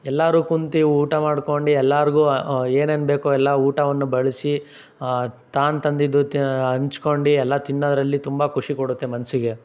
ಎಲ್ಲರು ಕುಂತು ಊಟ ಮಾಡ್ಕೊಂಡು ಎಲ್ಲರಿಗೂ ಏನೇನು ಬೇಕೋ ಎಲ್ಲ ಊಟವನ್ನು ಬಡಿಸಿ ತಾನು ತಂದಿದ್ದು ತ ಹಂಚ್ಕೊಂಡಿ ಎಲ್ಲ ತಿನ್ನೋದರಲ್ಲಿ ತುಂಬ ಖುಷಿ ಕೊಡುತ್ತೆ ಮನಸ್ಸಿಗೆ